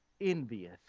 envious